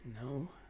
No